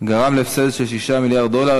גרם לתעשיינים הפסד של 6 מיליארד דולר,